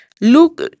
look